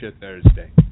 Thursday